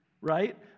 right